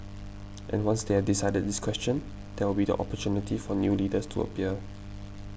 and once they have decided this question there will be the opportunity for new leaders to appear